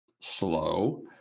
slow